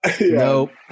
nope